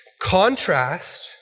Contrast